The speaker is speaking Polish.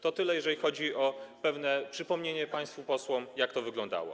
To tyle, jeżeli chodzi o przypomnienie państwu posłom, jak to wyglądało.